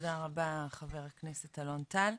תודה רבה, חבר הכנסת אלון טל.